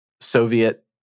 Soviet